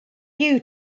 you